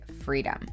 freedom